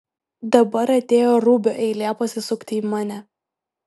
dabar atėjo rubio eilė pasisukti į mane